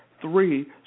three